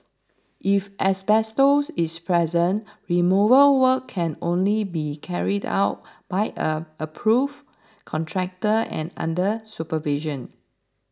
if asbestos is present removal work can only be carried out by an approved contractor and under supervision